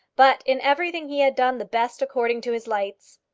but in everything he had done the best according to his lights.